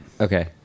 Okay